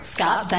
Scott